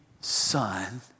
Son